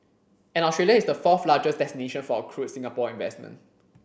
and Australia is the fourth largest destination for accrued Singapore investment